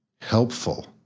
helpful